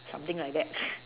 something like that